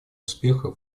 успеха